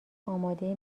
آماده